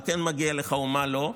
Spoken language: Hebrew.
מה כן מגיע לך ומה לא.